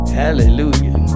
hallelujah